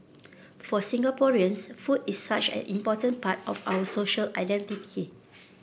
for Singaporeans food is such an important part identity